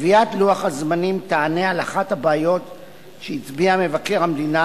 קביעת לוח הזמנים תענה על אחת הבעיות שהצביע מבקר המדינה,